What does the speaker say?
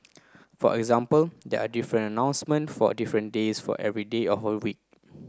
for example there are different announcement for different days for every day of whole week